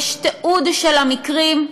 יש תיעוד של המקרים,